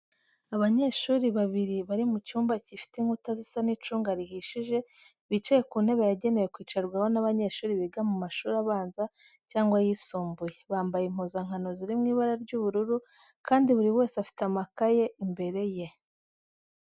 Abanyeshuri bibiri bari mu cyumba gifite inkuta zisa n'icunga rihishije, bicaye ku ntebe yagenewe kwicarwaho n'abanyeshuri biga mu mashuri abanza cyangwa ayisumbuye. Bambaye impuzankano ziri mu ibara ry'ubururu kandi buri wese afite amakaye imbere ye.